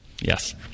Yes